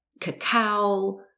cacao